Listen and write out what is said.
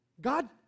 God